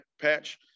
Patch